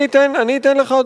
אני אתן לך,